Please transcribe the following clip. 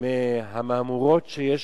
מהמהמורות שיש